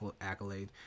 accolade